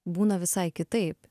būna visai kitaip